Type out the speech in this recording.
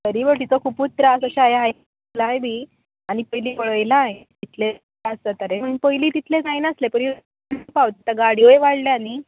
फॅरीबोटीचो खुबूच त्रास आसा ह्यें आयकलाय बी आनी पयली पळयलाय कितलें त्रास जाता रे पूण पयली तितलें जाय नासलें पयली आतां गाडयोय वाडला न्ही